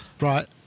right